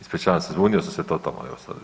Ispričavam se, zbunio sam se totalno.